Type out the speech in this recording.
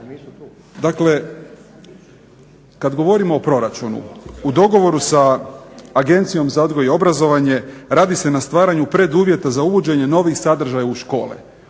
Dakle, kad govorimo o proračunu u dogovoru sa Agencijom za odgoj i obrazovanje radi se na stvaranju preduvjeta za uvođenje novih sadržaja u škole.